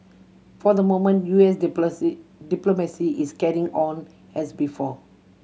for the moment U S diplomacy is carrying on as before